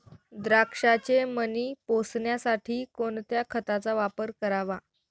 द्राक्षाचे मणी पोसण्यासाठी कोणत्या खताचा वापर करावा?